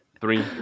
three